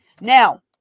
Now